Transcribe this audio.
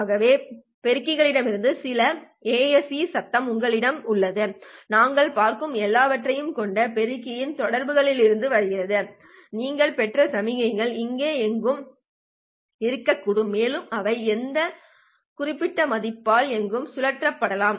ஆகவே பெருக்கிகளிடமிருந்து சில ஏஎஸ்இ சத்தம் உங்களிடம் உள்ளது நாங்கள் பார்க்கும் எல்லாவற்றையும் கொண்ட பெருக்கியின் தொடர்புகளிலிருந்து வருகிறது நீங்கள் பெற்ற சமிக்ஞைகள் இங்கே எங்கும் இருக்கக்கூடும் மேலும் அவை இந்த குறிப்பிட்ட மதிப்பால் எங்கும் சுழற்றப்படலாம்